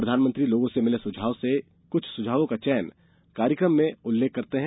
प्रधानमंत्री लोगों से मिले सुझावों में से कुछ सुझावों का चयन कर कार्यक्रम में उसका उल्लेख करते हैं